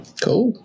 Cool